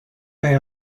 they